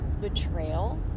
betrayal